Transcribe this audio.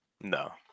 No